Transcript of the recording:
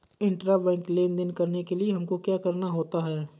Intrabank लेन देन करने के लिए हमको क्या करना होता है?